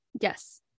Yes